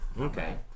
Okay